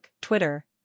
Twitter